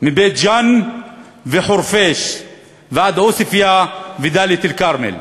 מבית-ג'ן וחורפיש ועד עוספיא ודאלית-אלכרמל.